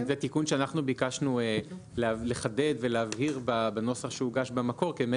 זה תיקון שאנחנו ביקשנו לחדד ולהבהיר בנוסח שהוגש במקור כדי באמת